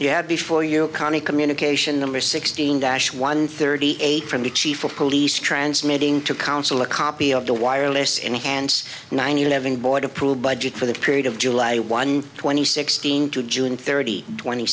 had before you cannae communication number sixteen dash one thirty eight from the chief of police transmitting to counsel a copy of the wireless enhanced nine eleven board approved budget for the period of july one twenty sixteen to june thirty twenty